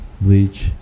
bleach